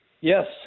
Yes